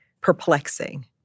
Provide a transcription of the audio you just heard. perplexing